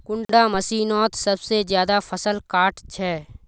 कुंडा मशीनोत सबसे ज्यादा फसल काट छै?